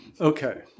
Okay